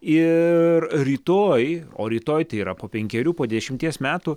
ir rytoj o rytoj tai yra po penkerių po dešimties metų